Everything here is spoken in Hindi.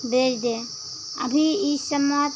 बेच दे अभी इस समय